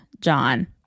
John